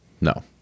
No